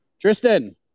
Tristan